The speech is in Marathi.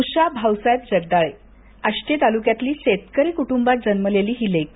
उषा भाऊसाहेब जगदाळे आष्टी तालुक्यातील शेतकरी कुटुंबात जन्मलेली ही लेक